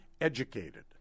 educated